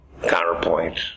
counterpoint